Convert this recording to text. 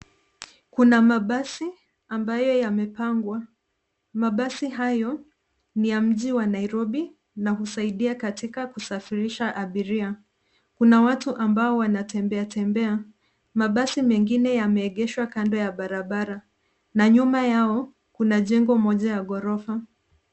Kuna mabasi ambayo yamepangwa. Mabasi hayo, ni ya mji wa Nairobi na husaidia katika kusafirisha abiria. Kuna watu ambao wanatembeatembea, mabasi mengine yameegeshwa kando ya barabara. Na nyuma yao, kuna jengo moja ya ghorofa.